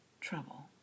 trouble